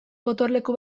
gotorleku